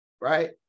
right